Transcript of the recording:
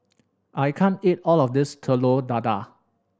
I can't eat all of this Telur Dadah